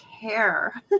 care